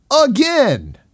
again